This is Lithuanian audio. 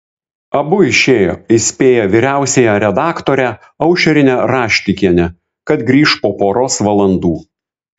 abu išėjo įspėję vyriausiąją redaktorę aušrinę raštikienę kad grįš po poros valandų